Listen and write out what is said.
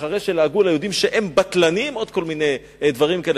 אחרי שלעגו ליהודים שהם בטלנים ועוד כל מיני דברים כאלה,